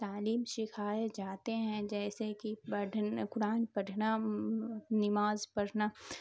تعلیم سکھائے جاتے ہیں جیسے کہ پڑھنے قرآن پڑھنا نماز پڑھنا